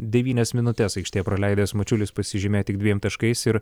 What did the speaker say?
devynias minutes aikštėje praleidęs mačiulis pasižymėjo tik dviem taškais ir